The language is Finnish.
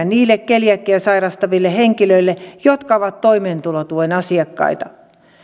niille keliakiaa sairastaville henkilöille jotka ovat toimeentulotuen asiakkaita